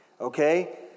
okay